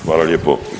Hvala lijepa.